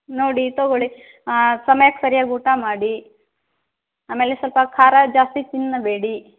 ನೋಡಿ ತೊಗೊಳ್ಳಿ ಸಮಯಕ್ಕೆ ಸರಿಯಾಗಿ ಊಟ ಮಾಡಿ ಆಮೇಲೆ ಸ್ವಲ್ಪ ಖಾರ ಜಾಸ್ತಿ ತಿನ್ನಬೇಡಿ